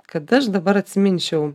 kad aš dabar atsiminčiau